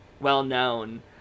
well-known